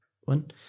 one